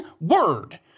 word